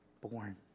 born